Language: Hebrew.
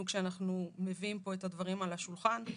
כשאנחנו מביאים פה את הדברים על השולחן.